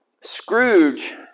Scrooge